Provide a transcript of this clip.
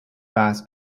bath